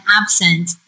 absent